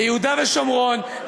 ליהודה ושומרון,